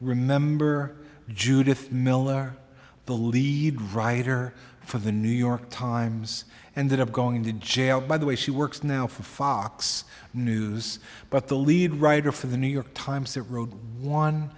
remember judith miller the lead writer for the new york times and of going to jail by the way she works now for fox news but the lead writer for the new york times that road won